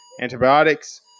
Antibiotics